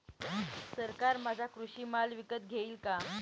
सरकार माझा कृषी माल विकत घेईल का?